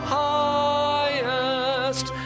highest